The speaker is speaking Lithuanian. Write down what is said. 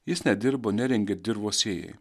jis nedirbo nerengė dirvos sėjai